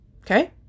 Okay